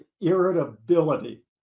irritability